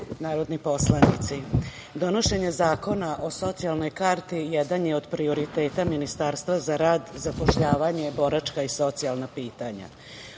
narodni poslanici, donošenje Zakona o socijalnoj karti jedan je od prioriteta Ministarstva za rad, zapošljavanje, boračka i socijalna pitanja.